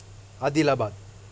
Adilabad